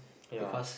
because